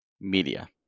media